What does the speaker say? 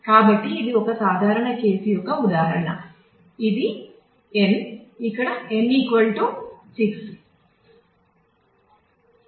కాబట్టి ఇది ఒక సాధారణ కేసు యొక్క ఉదాహరణ ఇది n ఇక్కడ n 6